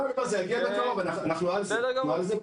זה יגיע בקרוב, אנחנו "על זה".